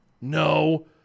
No